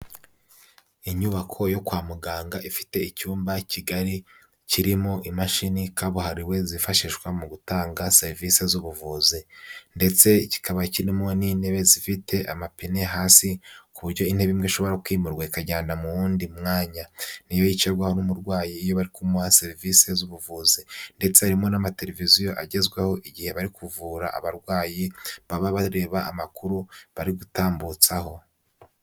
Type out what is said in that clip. Inyubako yo kwa muganga ifite icyumba kigali kirimo imashini kabuhariwe zifashishwa mu gutanga serivisi z'ubuvuzi, ndetse kikaba kirimo n'intebe zifite amapine hasi ku buryo intebe imwe ishobora kwimurwa ikajyana mu wundi mwanya, niyo yicarwaho umurwayi iyo bari kumuha serivisi z'ubuvuzi ndetse harimo n'amateleviziyo agezweho igihe bari kuvura abarwayi baba bareba amakuru bari gutambutsaho.